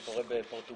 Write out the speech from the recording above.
זה קורה בפורטוגל,